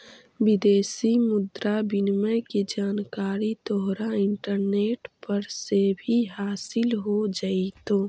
विदेशी मुद्रा विनिमय की जानकारी तोहरा इंटरनेट पर से भी हासील हो जाइतो